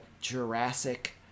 Jurassic